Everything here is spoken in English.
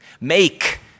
Make